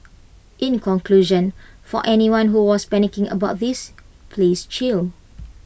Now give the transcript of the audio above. in conclusion for anyone who was panicking about this please chill